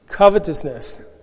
covetousness